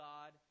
God